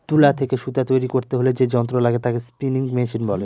তুলা থেকে সুতা তৈরী করতে হলে যে যন্ত্র লাগে তাকে স্পিনিং মেশিন বলে